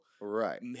right